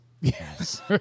yes